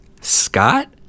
Scott